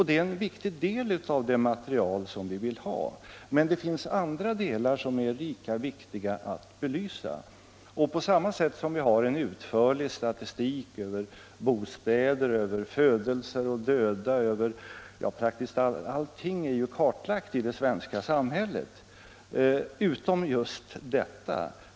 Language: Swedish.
Det är en viktig del av det material som vi vill ha, men det finns andra delar som är lika viktiga att belysa. Vi har en utförlig statistik över bostäder, födelser och dödsfall. Ja, praktiskt taget allting är ju kartlagt i det svenska samhället, utom just detta.